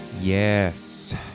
Yes